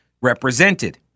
represented